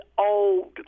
old